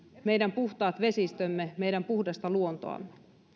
meidän puhtaat vesistömme ja meidän puhdasta luontoamme